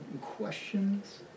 questions